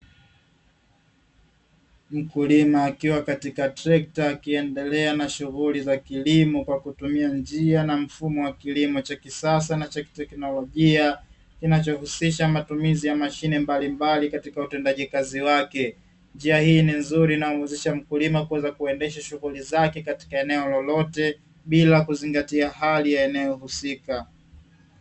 Mkulima akiwa katika trekta akiendelea na shughuli za kilimo kwa kutumia njia na mfumo wa kilimo cha kisasa na cha kiteknolojia, kinachohusisha matumizi ya mashine mbalimbali katika utendaji kazi wake, njia hii ni nzuri inamuwezesha mkulima mkulima kufanya ghughuli zake katika kila eneo bila kuzingatia hali ya eneo husika.